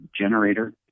generator